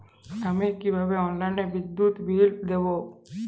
আমি কিভাবে অনলাইনে বিদ্যুৎ বিল দেবো?